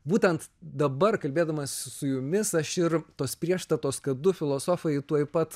būtent dabar kalbėdamas su jumis aš ir tos priešstatos kad du filosofai tuoj pat